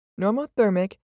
normothermic